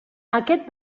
aquest